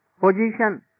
position